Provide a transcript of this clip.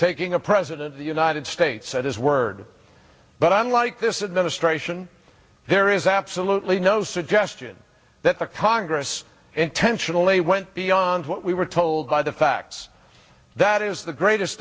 taking a president of the united states at his word but unlike this administration there is absolutely no suggestion that the congress intentionally went beyond what we were told by the facts that is the greatest